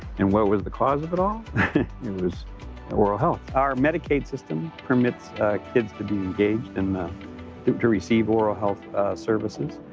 and what was the cause of it all? it was oral health. our medicaid system permits kids to be engaged and to receive oral health services,